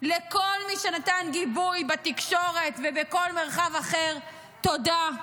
לכל מי שנתן גיבוי בתקשורת ובכל מרחב אחר, תודה.